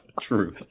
True